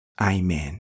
Amen